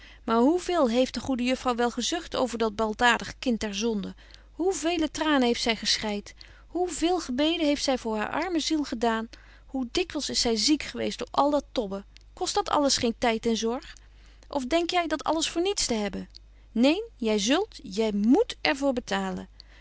maar hoe veel heeft de goede juffrouw wel gezucht over dat baldadig kind der zonde hoe vele tranen heeft zy gebetje wolff en aagje deken historie van mejuffrouw sara burgerhart schreit hoe veel gebeden heeft zy voor haar arme ziel gedaan hoe dikwyls is zy ziek geweest door al dat tobben kost dat alles geen tyd en zorg of denk jy dat alles voor niets te hebben neen jy zult jy moet er voor betalen